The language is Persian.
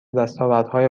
دستاوردهای